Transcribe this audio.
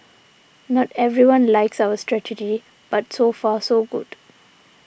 not everyone likes our strategy but so far so good